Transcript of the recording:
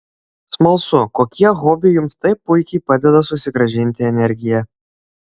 smalsu kokie hobiai jums taip puikiai padeda susigrąžinti energiją